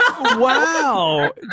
Wow